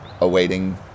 awaiting